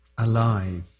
Alive